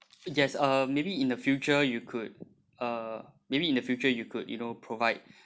yes uh maybe in the future you could uh maybe in the future you could you know provide